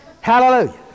Hallelujah